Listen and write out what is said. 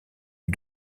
eut